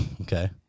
Okay